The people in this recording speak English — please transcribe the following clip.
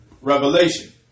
Revelation